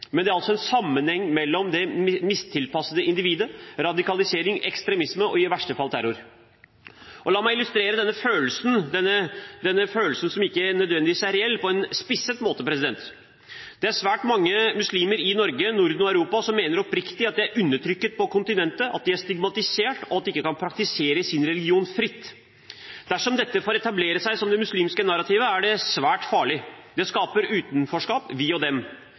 Men det er altså en sammenheng mellom det mistilpassede individet, radikalisering, ekstremisme og i verste fall terror. La meg illustrere denne følelsen, som ikke nødvendigvis er reell, på en spisset måte. Det er svært mange muslimer i Norge, Norden og Europa som mener oppriktig at de er undertrykt på kontinentet, at de er stigmatisert, og at de ikke kan praktisere sin religion fritt. Dersom dette får etablere seg som det muslimske narrativet, er det svært farlig. Det skaper utenforskap – «vi» og